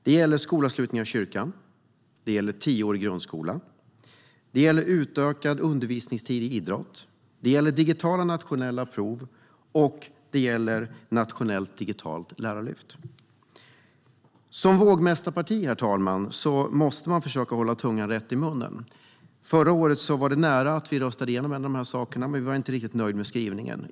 Det gäller skolavslutningar i kyrkan, tioårig grundskola, utökad undervisningstid i idrott, digitala nationella prov och nationellt digitalt lärarlyft. Som vågmästarparti måste man försöka hålla tungan rätt i mun. Förra året var det nära att vi röstade igenom en av dessa saker, men vi var inte riktigt nöjda med skrivningen.